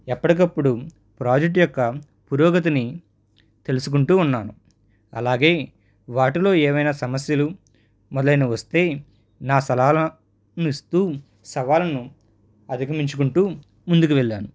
ఎప్పటికప్పుడు ప్రాజెక్ట్ యొక్క పురోగతిని తెలుసుకుంటూ ఉన్నాను అలాగే వాటిలో ఏమైనా సమస్యలు మొదలైనవి వస్తే నా సలహాలను ఇస్తూ సవాలను అధిగమించుకుంటూ ముందుకు వెళ్ళాను